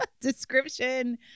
description